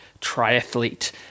triathlete